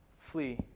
Flee